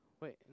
wait